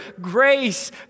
grace